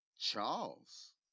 Charles